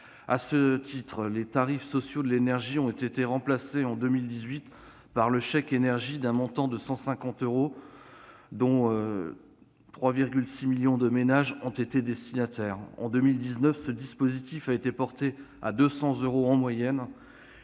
À ce titre, les tarifs sociaux de l'énergie ont été remplacés en 2018 par le chèque énergie, d'un montant moyen de 150 euros, dont 3,6 millions de ménages ont été destinataires. En 2019, le montant moyen de ce chèque a été porté à 200 euros en moyenne